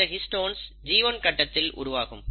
இந்த histones G1 கட்டத்தில் உருவாகும்